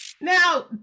Now